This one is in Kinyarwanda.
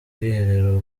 bwiherero